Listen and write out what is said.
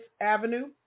Avenue